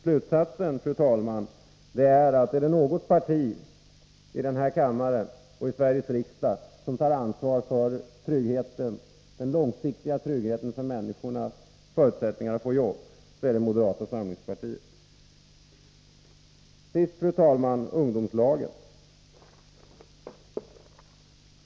Slutsatsen, fru talman, är att det parti i Sveriges riksdag som tar ansvar för den långsiktiga tryggheten när det gäller människornas förutsättningar att få jobb är moderata samlingspartiet. Till sist, fru talman, några ord om ungdomslagen.